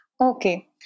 Okay